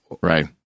right